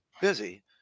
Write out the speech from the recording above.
Busy